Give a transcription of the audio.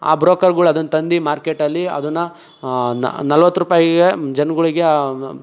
ಆ ಬ್ರೋಕರ್ಗಳು ಅದನ್ನು ತಂದು ಮಾರ್ಕೆಟಲ್ಲಿ ಅದನ್ನು ನಲ್ವತ್ತು ರೂಪಾಯಿಗೆ ಜನ್ಗಳಿಗೆ